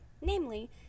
Namely